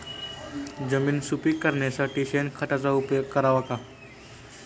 जमीन सुपीक करण्यासाठी शेणखताचा उपयोग करावा का?